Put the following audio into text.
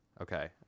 Okay